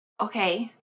Okay